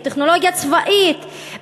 בטכנולוגיה צבאית,